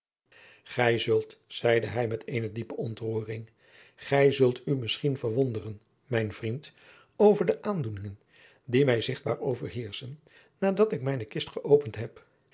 gij zult zeide hij met eene diepe ontroering gij zult u misschien verwonderen mijn vriend over de aandoeningen die mij zigtbaar overheerschen nadat ik mijne kist geopend heb